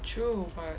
true but